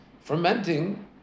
fermenting